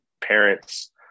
parents